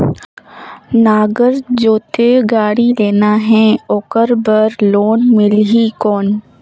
नागर जोते गाड़ी लेना हे ओकर बार लोन मिलही कौन?